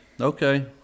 Okay